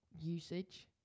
usage